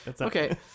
Okay